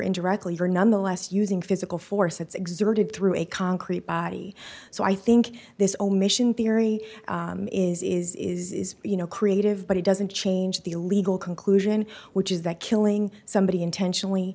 indirectly are nonetheless using physical force exerted through a concrete body so i think this omission theory is is is you know creative but it doesn't change the legal conclusion which is that killing somebody intentionally